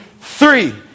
three